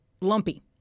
Lumpy